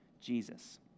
Jesus